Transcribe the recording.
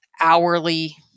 hourly